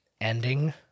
ending